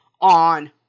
on